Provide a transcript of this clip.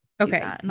Okay